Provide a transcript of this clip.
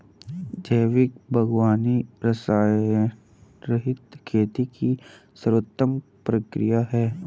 जैविक बागवानी रसायनरहित खेती की सर्वोत्तम प्रक्रिया है